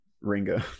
Ringo